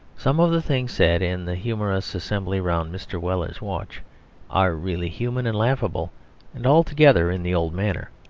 some of the things said in the humorous assembly round mr. weller's watch are really human and laughable and altogether in the old manner.